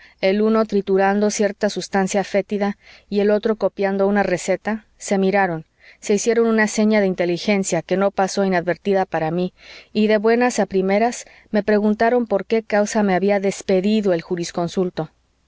el uno triturando cierta sustancia fétida y el otro copiando una receta se miraron se hicieron una seña de inteligencia que no pasó inadvertida para mí y de buenas a primeras me preguntaron por qué causa me había despedido el jurisconsulto